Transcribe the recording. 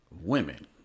women